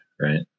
right